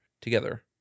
together